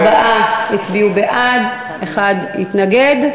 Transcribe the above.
ארבעה הצביעו בעד, אחד התנגד.